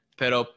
pero